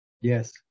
Yes